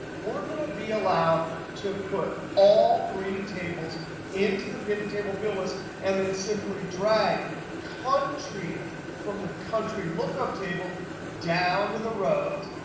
we're going to be allowed to put all three tables into the pivot table field list and then simply drag country from the country lookup table down to the rows,